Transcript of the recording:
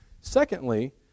secondly